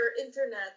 internet